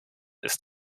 ist